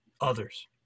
others